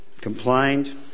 complained